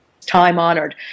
time-honored